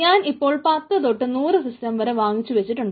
ഞാൻ ഇപ്പോൾ 10 തൊട്ട് 100 സിസ്റ്റം വാങ്ങിച്ചു വച്ചിട്ടുണ്ട്